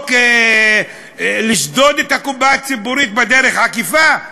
חוק לשדוד את הקופה הציבורית בדרך עקיפה?